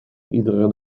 iedere